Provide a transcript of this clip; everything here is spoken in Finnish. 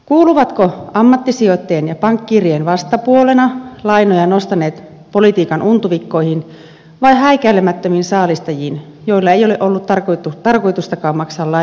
kuuluvatko ammattisijoittajien ja pankkiirien vastapuolena lainoja nostaneet politiikan untuvikkoihin vai häikäilemättömiin saalistajiin joilla ei ole ollut tarkoitustakaan maksaa lainoja takaisin